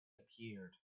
appeared